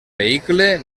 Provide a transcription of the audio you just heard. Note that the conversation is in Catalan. vehicle